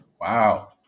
Wow